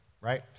right